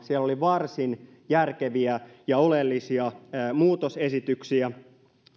siellä oli varsin järkeviä ja oleellisia muutosesityksiä